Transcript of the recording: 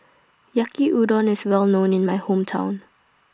Yaki Udon IS Well known in My Hometown